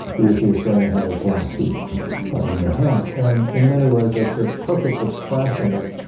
he or she is going to have a pulaski in their hand and in many ways that's a perfect expression of